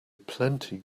plenty